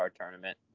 tournament